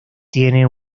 tiene